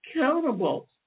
Accountable